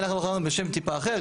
אנחנו בחרנו בשם טיפה אחר,